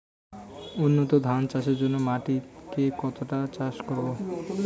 উন্নত ধান চাষের জন্য মাটিকে কতটা চাষ করব?